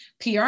PR